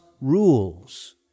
rules